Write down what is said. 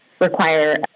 require